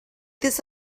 this